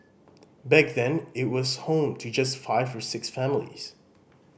back then it was home to just five or six families